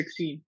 2016